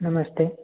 नमस्ते